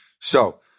So-